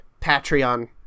Patreon